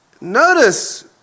Notice